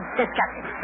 disgusting